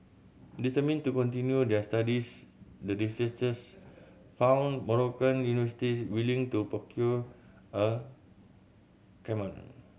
determined to continue their studies the researchers found Moroccan university willing to procure a camel